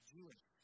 Jewish